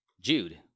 Jude